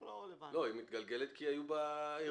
היא מתגלגלת כי היו בה אירועים.